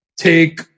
Take